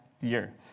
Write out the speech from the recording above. year